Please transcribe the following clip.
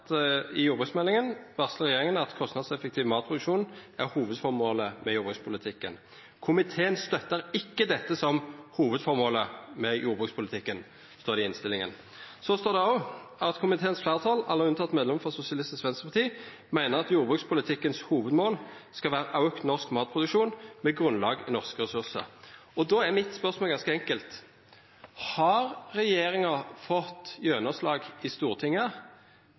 at i jordbruksmeldinga varslar regjeringa at kostnadseffektiv matproduksjon er hovudformålet med jordbrukspolitikken. «Komiteen støtter ikke dette som hovedformålet med jordbrukspolitikken», står det i innstillinga. Så står det òg at komiteens fleirtal, alle unnateke medlemen frå Sosialistisk Venstreparti, meiner at «jordbrukspolitikkens hovedmål skal være økt norsk matproduksjon med grunnlag i norske ressurser». Då er mitt spørsmål ganske enkelt: Har regjeringa fått gjennomslag i Stortinget